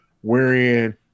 wherein